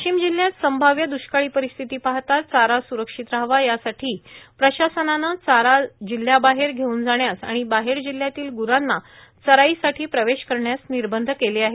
वाशिम जिल्ह्यात संभाव्य दृष्काळी परिस्थिती पाहता चारा सुरक्षित रहावा यासाठी प्रशासनानं चारा जिल्ह्याबाहेर घेवून जाण्यास आणि बाहेर जिल्ह्यातील ग्रांना चराईसाठी प्रवेश करण्यास निर्बध केले आहेत